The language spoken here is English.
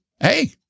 hey